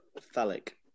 phallic